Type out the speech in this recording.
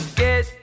get